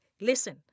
listen